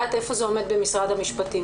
אשמח לדעת איפה זה עומד במשרד המשפטים.